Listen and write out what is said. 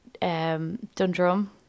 Dundrum